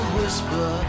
whisper